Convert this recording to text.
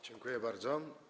Dziękuję bardzo.